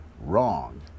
Wrong